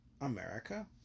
America